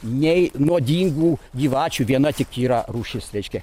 nei nuodingų gyvačių viena tik yra rūšis reiškia